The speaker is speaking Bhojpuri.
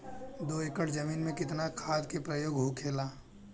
दो एकड़ जमीन में कितना खाद के प्रयोग होखेला?